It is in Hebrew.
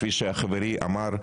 כפי שאמר חברי,